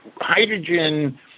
hydrogen